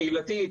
קהילתית,